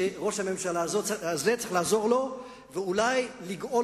שראש הממשלה הזה צריך לעזור לו ואולי לגאול